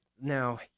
Now